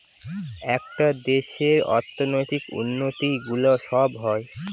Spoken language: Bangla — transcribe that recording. একটা দেশের অর্থনৈতিক উন্নতি গুলো সব হয়